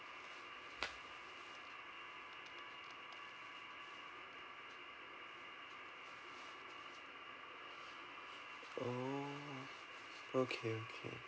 oh okay okay